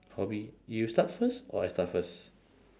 hobby you start first or I start first